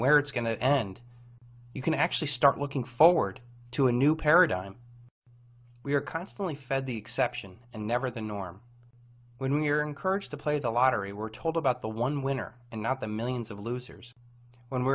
where it's going to end you can actually start looking forward to a new paradigm we are constantly fed the exception and never the norm when you're encouraged to play the lottery we're told about the one winner and not the millions of losers when